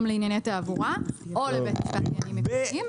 לענייני תעבורה או לבית משפט לעניינים מקומיים.